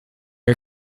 are